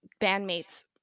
bandmates